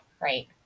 right